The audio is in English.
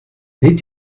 did